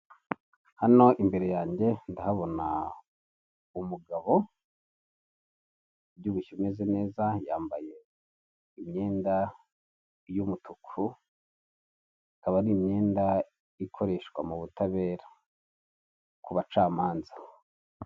Hano imbere yanjye ndahabona umugabo, ubyibushye umeze neza yambaye imyenda y'umutuku ikaba ari imyenda ikoreshwa mu butabera ku bacamanza.